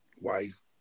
wife